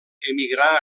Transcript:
emigrà